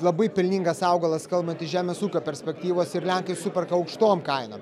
labai pelningas augalas kalbant iš žemės ūkio perspektyvos ir lenkai superka aukštom kainom